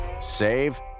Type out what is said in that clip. Save